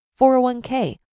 401k